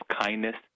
kindness